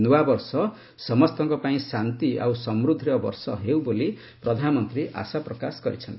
ନୂଆବର୍ଷ ସମସ୍ତଙ୍କ ପାଇଁ ଶାନ୍ତି ଆଉ ସମୃଦ୍ଧିର ବର୍ଷ ହେଉ ବୋଲି ପ୍ରଧାନମନ୍ତ୍ରୀ ଆଶା ପ୍ରକାଶ କରିଛନ୍ତି